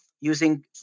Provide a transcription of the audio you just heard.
using